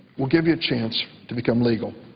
we'll give you a chance to become legal.